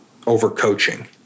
overcoaching